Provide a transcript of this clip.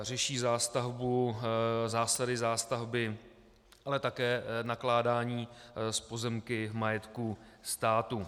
Řeší zástavbu, zásady zástavby, ale také nakládání s pozemky v majetku státu.